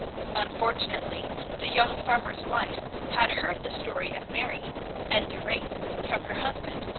unfortunately the young farmer's wife had heard the story of mary and the ring from her husband,